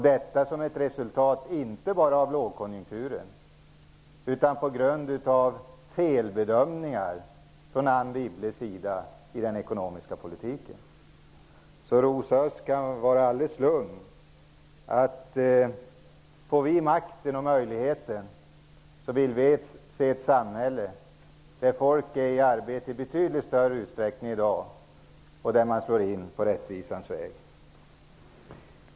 Detta är ett resultat inte bara av lågkonjunkturen utan av felbedömningar från Anne Wibbles sida i den ekonomiska politiken. Så Rosa Östh kan vara alldeles lugn. Får vi makten och möjligheten vill vi skapa ett samhälle där folk befinner sig i arbete i betydligt större utsträckning än i dag och där man slår in på rättvisans väg.